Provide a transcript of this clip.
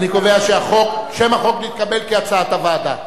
אני קובע ששם החוק נתקבל כהצעת הוועדה.